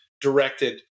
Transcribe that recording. directed